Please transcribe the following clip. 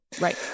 Right